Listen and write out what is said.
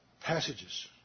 passages